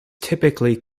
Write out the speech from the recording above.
typically